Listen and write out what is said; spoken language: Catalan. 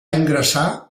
ingressar